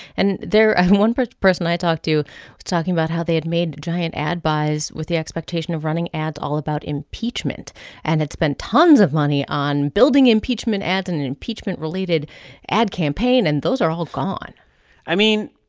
and there one person person i talked to was talking about how they had made giant ad buys with the expectation of running ads all about impeachment and had spent tons of money on building impeachment ads and an impeachment-related ad campaign, and those are all gone i mean,